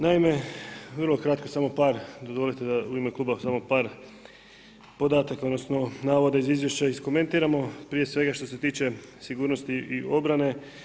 Naime, vrlo kratko samo par, dozvolite da u ime kluba samo par podataka odnosno navoda iz izvješća iskomentiramo prije svega što se tiče sigurnosti i obrane.